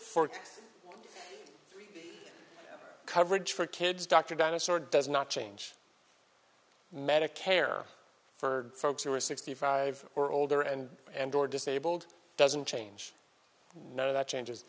for coverage for kids dr dinosaur does not change medicare for folks who are sixty five or older and and or disabled doesn't change know that changes